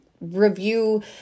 review